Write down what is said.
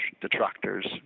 detractors